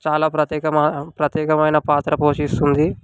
చాలా ప్రత్యేకమ ప్రత్యేకమైన పాత్ర పోషిస్తుంది